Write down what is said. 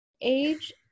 age